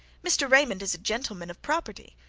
mr. raymond is a gentleman of property,